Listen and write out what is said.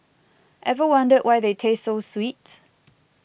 ever wondered why they taste so sweet